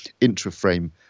intra-frame